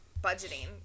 budgeting